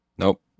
Nope